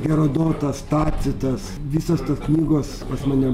herodotas tacitas visos tos knygos pas mane